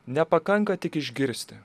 nepakanka tik išgirsti